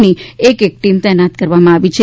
ની એક એક ટીમ તૈનાત કરવામાં આવી છે